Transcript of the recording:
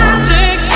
Magic